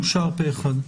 אושר פה אחד.